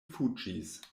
fuĝis